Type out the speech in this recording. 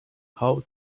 how